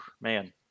man